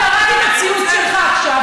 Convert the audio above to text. קראתי את הציוץ שלך עכשיו,